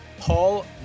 Paul